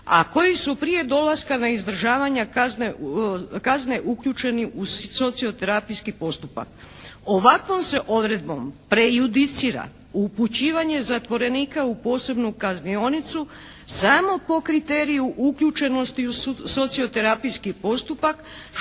a koji su prije dolaska na izdržavanje kazne uključeni u socioterapijski postupak. Ovakvom se odredbom prejudicira upućivanje zatvorenika u posebnu kaznionicu samo po kriteriju uključenosti u socioterapijski postupak